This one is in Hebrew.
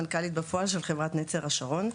מנכ"לית בפועל של חברת נצר השרון.